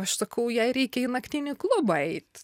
aš sakau jai reikia į naktinį klubą eit